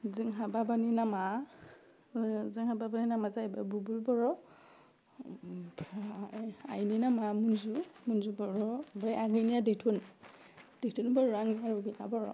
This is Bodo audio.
जोंहा बाबानि नामा जोंहा बाबानि नामा जाहैबाय बुबुल बर' ओमफ्राय आइनि नामा मुनजु बर' ओमफ्राय आगैनिया दैथुन बर' आंनिया रबिना बर'